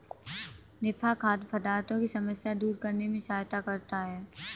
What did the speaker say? निफा खाद्य पदार्थों की समस्या दूर करने में सहायता करता है